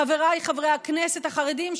חבריי חברי הכנסת החרדים,